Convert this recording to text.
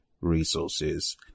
resources